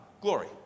glory